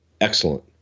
excellent